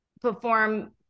perform